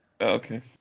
Okay